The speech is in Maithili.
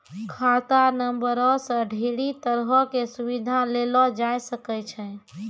खाता नंबरो से ढेरी तरहो के सुविधा लेलो जाय सकै छै